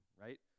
Right